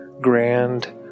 grand